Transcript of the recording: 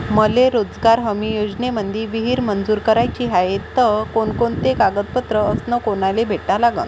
मले रोजगार हमी योजनेमंदी विहीर मंजूर कराची हाये त कोनकोनते कागदपत्र अस कोनाले भेटा लागन?